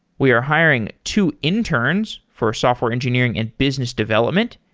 we are hiring two interns for software engineering and business development.